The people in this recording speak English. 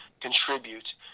contribute